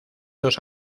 los